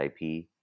IP